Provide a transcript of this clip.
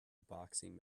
boxing